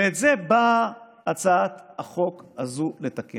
את זה באה הצעת החוק הזאת לתקן.